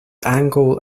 angled